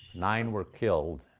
nine were killed,